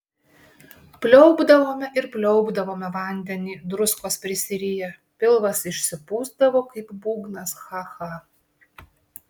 pliaupdavome ir pliaupdavome vandenį druskos prisiriję pilvas išsipūsdavo kaip būgnas cha cha